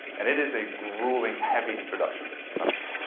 and it is a grueling, heavy introduction to the subject,